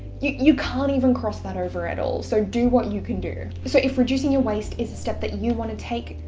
you you can't even cross that over at all. so do what you can do. so if reducing your waste is a step that you want to take,